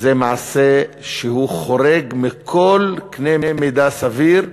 זה מעשה שחורג מכל קנה מידה סביר,